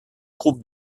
groupes